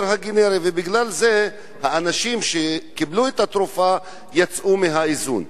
הגנרי ובגלל זה האנשים שקיבלו את התרופה יצאו מהאיזון.